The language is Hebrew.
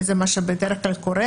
וזה מה שבדרך כלל קורה,